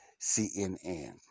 CNN